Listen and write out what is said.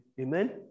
amen